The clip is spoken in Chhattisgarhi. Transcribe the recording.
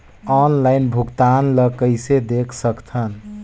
ऑनलाइन भुगतान ल कइसे देख सकथन?